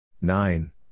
Nine